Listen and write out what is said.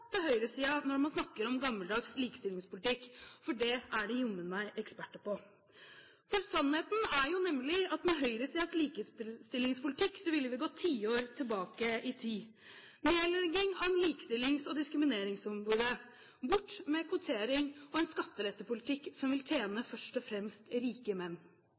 til høyresiden når man snakker om gammeldags likestillingspolitikk, for det er de jammen eksperter på. Sannheten er nemlig at med høyresidens likestillingspolitikk ville vi gått tiår tilbake i tid: nedlegging av likestillings- og diskrimineringsombudet, bort med kvotering, og de har en skattelettepolitikk som vil tjene først og fremst rike menn.